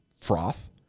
froth